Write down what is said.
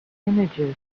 images